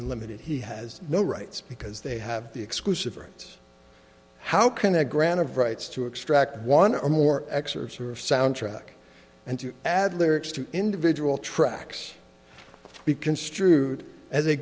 and limited he has no rights because they have the exclusive rights how can a grant of rights to extract one or more excerpts of soundtrack and to add lyrics to individual tracks be construed as a